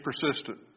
persistent